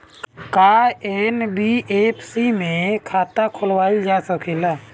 का एन.बी.एफ.सी में खाता खोलवाईल जा सकेला?